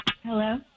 Hello